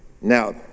Now